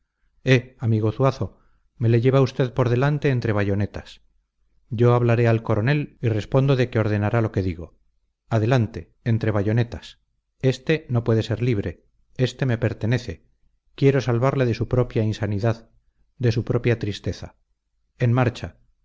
eh amigo zuazo me le lleva usted por delante entre bayonetas yo hablaré al coronel y respondo de que ordenará lo que digo adelante entre bayonetas éste no puede ser libre éste me pertenece quiero salvarle de su propia insanidad de su propia tristeza en marcha